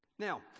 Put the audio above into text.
Now